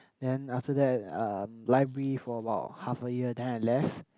then after that um library for about half a year then I left